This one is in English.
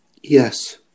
Yes